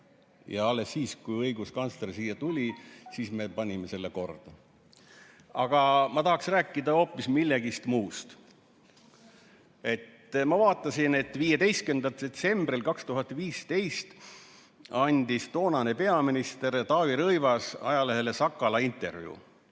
ja alles siis, kui õiguskantsler siia tuli, me panime selle korda. Aga ma tahaksin rääkida hoopis millestki muust. Ma vaatasin, et 15. detsembril 2015 andis toonane peaminister Taavi Rõivas ajalehele Sakala intervjuu,